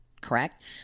correct